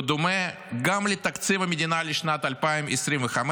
בדומה לתקציב המדינה לשנת 2025,